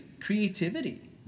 creativity